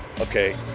okay